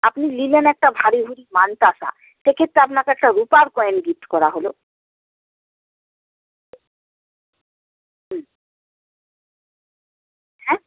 আপনি লিলেন একটা ভারী ভুরি মানতাশা সেক্ষেত্রে আপনাকে একটা রূপার কয়েন গিফট করা হল হুম হ্যাঁ